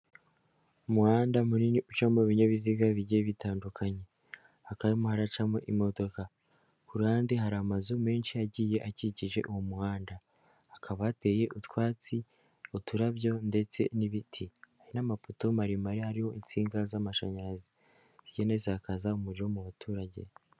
Umuhanda munini ucamo ibinyabiziga bigiye bitandukanye, hakaba harimo haracamo imodoka, ku ruhande hari amazu menshi agiye akikije uwo muhanda, hakaba hateye utwatsi, uturabyo, ndetse n'ibiti n'amapoto maremare, ariho insinga z'amashanyarazi zigenda zisakaza umuriro mu baturage.